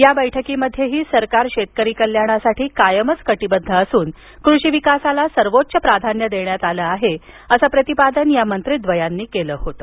या बैठकीमध्येही सरकार शेतकरी कल्याणासाठी कायमच कटिबद्ध असून कृषिविकासाला सर्वोच्च प्राधान्य देण्यात आलं आहे असं प्रतिपादन या मंत्री द्वयांनी केलं होतं